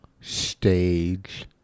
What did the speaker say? stage